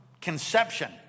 conception